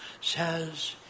says